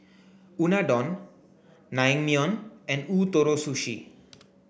Unadon Naengmyeon and Ootoro Sushi